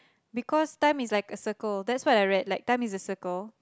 because time is like a circle that's what I read like time is a circle